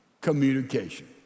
communication